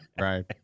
Right